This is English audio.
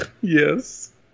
Yes